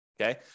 okay